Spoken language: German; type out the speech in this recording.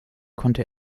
konnte